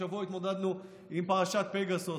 השבוע התמודדנו עם פרשת פגסוס,